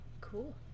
cool